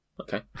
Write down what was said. Okay